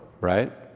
right